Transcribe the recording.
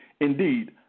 Indeed